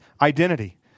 identity